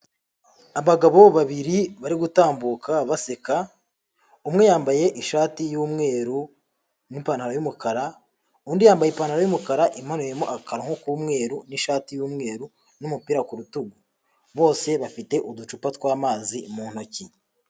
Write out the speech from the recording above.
Abagabo babiri bari gutambuka baseka umwe yambaye ishati y'umweru n'ipantaro y'umukara, undi yambaye ipantaro y'umukara imanuyemo akaronko k'umweru n'ishati y'umweru n'umupira ku rutugu, bose bafite uducupa tw'amazi mu ntoki.